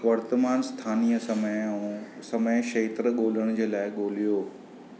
वर्तमान स्थानीय समय ऐं समय क्षेत्र ॻोल्हण जे लाइ ॻोल्हियो